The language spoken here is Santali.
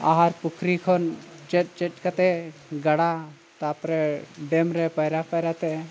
ᱟᱦᱟᱨ ᱯᱩᱠᱷᱨᱤ ᱠᱷᱚᱱ ᱪᱮᱫ ᱪᱮᱫ ᱠᱟᱛᱮ ᱜᱟᱰᱟ ᱛᱟᱨᱯᱚᱨᱮ ᱰᱮᱢ ᱨᱮ ᱯᱟᱭᱨᱟ ᱯᱟᱭᱨᱟ ᱛᱮ